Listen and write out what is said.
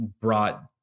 brought